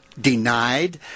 denied